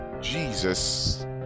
Jesus